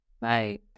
Bye